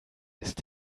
ist